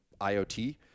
IoT